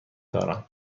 دارم